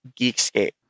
geekscape